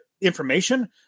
information